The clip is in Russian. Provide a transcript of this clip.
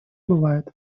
бывает